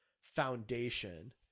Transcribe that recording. foundation